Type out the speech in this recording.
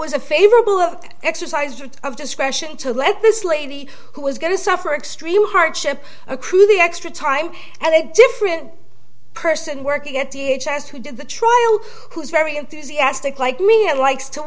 was a favorable exercised of discretion to let this lady who was going to suffer extreme hardship accrue the extra time and a different person working at t h s who did the trial who's very enthusiastic like me and likes to